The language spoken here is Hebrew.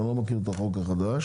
אני לא מכיר את החוק החדש.